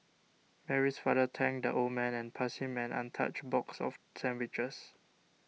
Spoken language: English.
Mary's father thanked the old man and passed him an untouched box of sandwiches